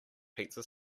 pizza